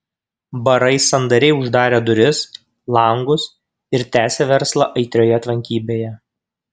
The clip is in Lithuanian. barai sandariai uždarė duris langus ir tęsė verslą aitrioje tvankybėje